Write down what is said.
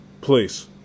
Please